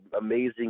amazing